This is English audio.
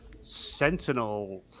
Sentinel